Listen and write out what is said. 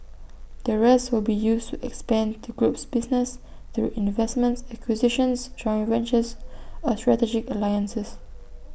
the rest will be used to expand the group's business through investments acquisitions joint ventures or strategic alliances